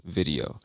video